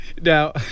Now